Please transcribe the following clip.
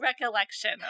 recollection